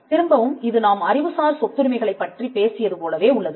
திரும்பவும் இது நாம் அறிவுசார் சொத்துரிமை களைப் பற்றிப் பேசியது போலவே உள்ளது